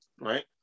right